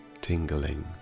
tingling